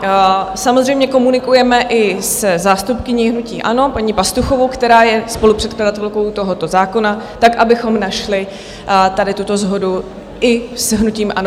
A samozřejmě komunikujeme i se zástupkyní hnutí ANO paní Pastuchovou, která je spolupředkladatelkou tohoto zákona, tak abychom našli tady tuto shodu i s hnutím ANO.